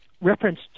reference